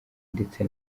ndetse